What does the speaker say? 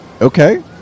Okay